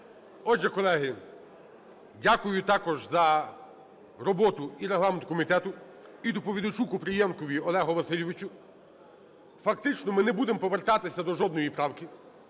Отже, колеги, дякую також за роботу і регламентному комітету, і доповідачуКупрієнкові Олегу Васильовичу. Фактично ми не будемо повертатися до жодної правки,